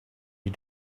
you